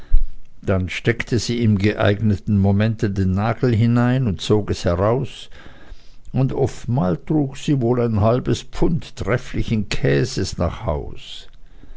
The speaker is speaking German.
dann steckte sie im geeigneten momente den nagel hinein und zog es heraus und oftmals trug sie wohl ein halbes pfund trefflichen käses nach haus